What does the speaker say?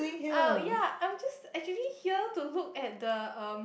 oh yea I'm just actually here to look at the um